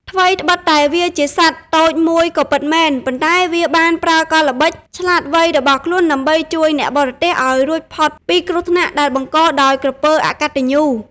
ថ្វីត្បិតតែវាជាសត្វតូចមួយក៏ពិតមែន ប៉ុន្តែវាបានប្រើកលល្បិចឆ្លាតវៃរបស់ខ្លួនដើម្បីជួយអ្នកបរទេះឲ្យរួចផុតពីគ្រោះថ្នាក់ដែលបង្កដោយក្រពើអកតញ្ញូ។